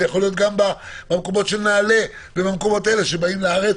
זה יכול להיות גם במקומות של נעלה שבאים לארץ